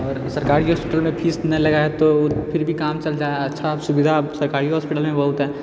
आओर सरकारी हॉस्पिटलमे फीस नहि लागै हइ तो फिरभी काम चल जा हइ अच्छा सुविधा सरकारिओ हॉस्पिटलमे बहुत हइ